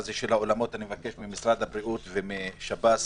אני מבקש ממשרד הבריאות ומיוכי מהשב"ס,